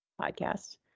podcast